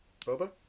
Boba